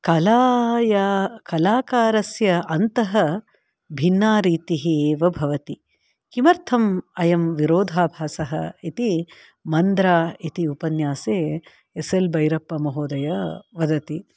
कलाया कालाकारस्य अन्तः भिन्ना रीतिः एव भवति किमर्थम् अयं विरोधाभासः इति मन्द्रा इति उपन्यासे एस् एल् भैरप्पमहोदयः वदति